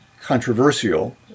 controversial